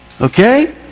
Okay